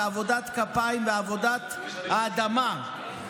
בעבודת כפיים ועבודת האדמה.